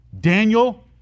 Daniel